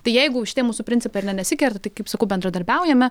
tai jeigu šitie mūsų principai ar ne nesikerta tai kaip sakau bendradarbiaujame